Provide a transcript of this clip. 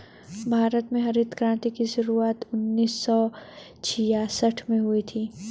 भारत में हरित क्रान्ति की शुरुआत उन्नीस सौ छियासठ में हुई थी